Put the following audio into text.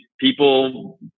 People